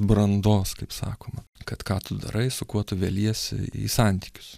brandos kaip sakoma kad ką tu darai su kuo tu veliesi į santykius